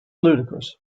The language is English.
ludicrous